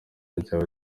ryawe